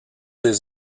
des